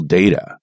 data